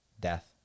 death